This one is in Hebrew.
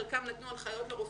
חלקם נתנו הנחיות לרופאים,